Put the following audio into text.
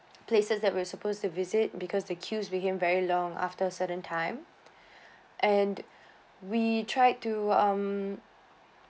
places that we were supposed to visit because the queue became very long after certain time and we tried to um